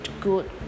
good